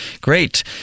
great